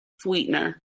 Sweetener